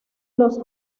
los